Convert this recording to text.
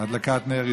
בהדלקת נר ראשון.